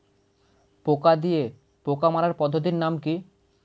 পোকা দিয়ে পোকা মারার পদ্ধতির নাম কি?